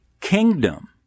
kingdom